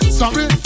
sorry